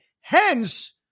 Hence